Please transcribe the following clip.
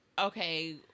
Okay